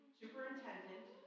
superintendent